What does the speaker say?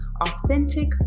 authentic